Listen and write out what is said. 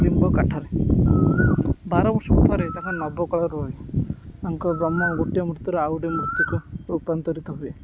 ନିମ୍ବ କାଠରେ ବାର ବର୍ଷକୁ ଥରେ ତାଙ୍କ ନବକଳେବର ହୁଏ ତାଙ୍କ ବ୍ରହ୍ମ ଗୋଟିଏ ମୂର୍ତ୍ତିରୁ ଆଉ ଗୋଟେ ମୂର୍ତ୍ତିରୁ ରୂପାନ୍ତରିତ ହୁଏ